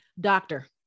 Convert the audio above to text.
Doctor